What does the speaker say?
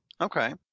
Okay